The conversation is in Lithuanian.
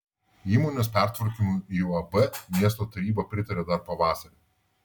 įmonės pertvarkymui į uab miesto taryba pritarė dar pavasarį